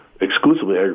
Exclusively